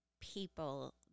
people